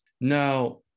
Now